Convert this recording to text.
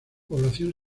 población